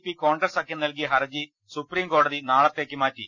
P Congress സഖ്യം നൽകിയ ഹർജി സൂപ്രീംകോടതി നാളത്തേക്ക് മാറ്റി